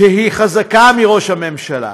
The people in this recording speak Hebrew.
שהיא חזקה מראש הממשלה.